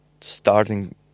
starting